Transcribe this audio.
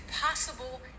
possible